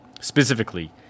specifically